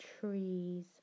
trees